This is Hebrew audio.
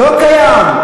לא קיים.